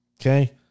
Okay